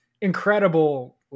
incredible